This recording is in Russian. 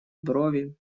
брови